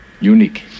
unique